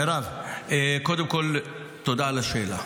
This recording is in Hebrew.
מירב, קודם כול, תודה על השאלה.